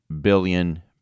billion